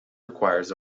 requires